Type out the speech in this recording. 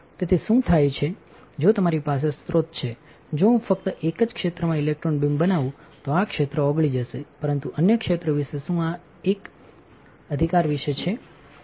તેથી શું થાય છે જો તમારી પાસે સ્રોત છે જો હું ફક્ત એક જ ક્ષેત્રમાં ઇલેક્ટ્રોન બીમ બનાવું તો આ ક્ષેત્ર ઓગળી જશે પરંતુ અન્ય ક્ષેત્ર વિશે શું આએક આ એક અધિકાર વિશે છે